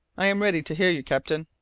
i am ready to hear you, captain.